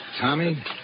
Tommy